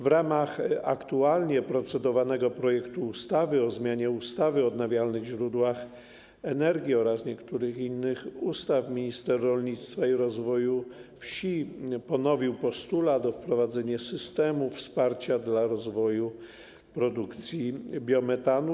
W ramach aktualnie procedowanego projektu ustawy o zmianie ustawy o odnawialnych źródłach energii oraz niektórych innych ustaw minister rolnictwa i rozwoju wsi ponowił postulat wprowadzenia systemu wsparcia dla rozwoju produkcji biometanu.